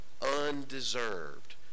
undeserved